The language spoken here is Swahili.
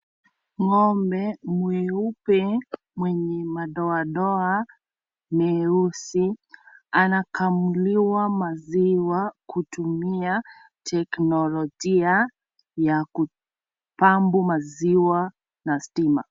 Ngombe mweupe mwenye madoadoa meusi anakamuliwa maziwa kutumia teknolojia ya ku pampu maziwa na stima.